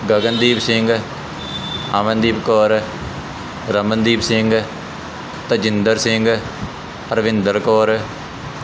Gagandeep Singh Amandeep Kaur Ramandeep Singh Tajinder Singh Harvinder Kaur